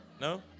No